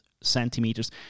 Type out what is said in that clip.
centimeters